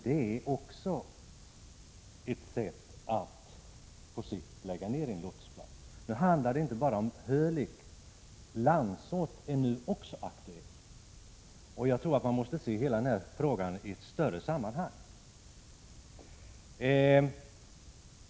Detta är också ett sätt att på sikt lägga ned en lotsplats. Det handlar inte bara om Hölicks — nu är också Landsort aktuell för nedläggning. Jag tror att man måste se hela denna fråga i ett större sammanhang.